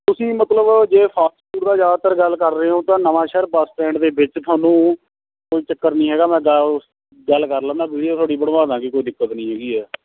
ਤੁਸੀਂ ਮਤਲਬ ਜੇ ਫਾਸਟਫੂਡ ਦਾ ਜ਼ਿਆਦਾਤਰ ਗੱਲ ਕਰ ਰਹੇ ਹੋ ਤਾਂ ਨਵਾ ਸ਼ਹਿਰ ਬੱਸ ਸਟੈਂਡ ਦੇ ਵਿੱਚ ਤੁਹਾਨੂੰ ਕੋਈ ਚੱਕਰ ਨੀ ਹੈਗਾ ਮੈਂ ਗੱ ਗੱਲ ਕਰ ਲੈਂਦਾ ਵੀਡਿਓ ਤੁਹਾਡੀ ਬਣਵਾਂਦੇਗੀ ਕੋਈ ਦਿੱਕਤ ਨੀ ਹੈਗੀ ਹੈ